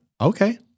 okay